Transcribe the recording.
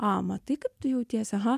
aaa matai kaip tu jautiesi aha